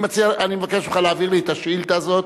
אני מבקש ממך להעביר לי את השאילתא הזאת,